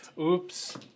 Oops